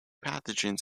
pathogens